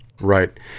Right